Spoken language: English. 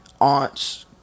Aunts